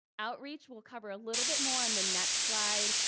outreach we'll cover a little bit more on the next slide,